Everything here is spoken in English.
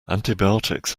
antibiotics